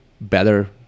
better